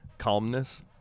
calmness